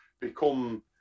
become